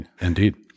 Indeed